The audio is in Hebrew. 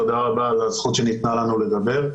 תודה רבה על הזכות שניתנה לנו לדבר.